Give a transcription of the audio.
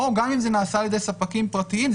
וגם אם זה נעשה על-ידי ספקים פרטיים,